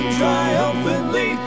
triumphantly